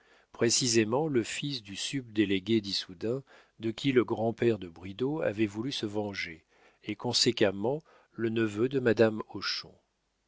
précisément le fils du subdélégué d'issoudun de qui le grand-père de bridau avait voulu se venger et conséquemment le neveu de madame hochon